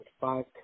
five